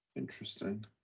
Interesting